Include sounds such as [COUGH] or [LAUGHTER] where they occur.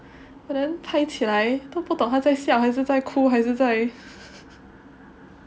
but then 拍起起来都不懂他在笑还是在哭还是在 [LAUGHS]